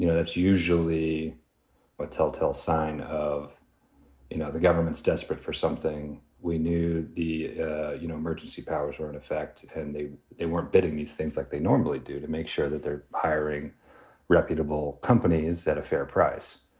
you know that's usually a telltale sign of you know the government's desperate for something. we knew the you know emergency powers were in effect and they they weren't bidding these things like they normally do to make sure that they're hiring reputable companies at a fair price.